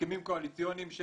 הסכמים קואליציוניים.